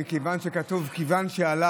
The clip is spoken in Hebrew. מכיוון שכתוב: כיוון שעלה,